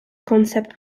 concept